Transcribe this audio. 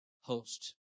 host